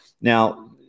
Now